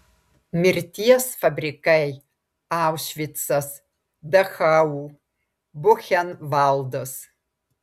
mirties fabrikai aušvicas dachau buchenvaldas